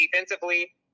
defensively